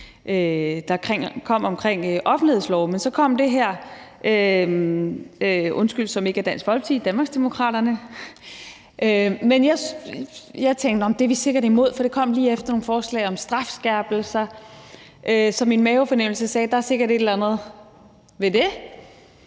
der kom om offentlighedsloven, men så kom det her – undskyld, det er ikke fra Dansk Folkeparti, men Danmarksdemokraterne – og jeg tænkte, at det er vi sikkert imod. Det kom lige efter nogle forslag om strafskærpelser, så min mavefornemmelse sagde, at der sikkert var et eller andet ved det,